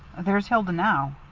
there's hilda now.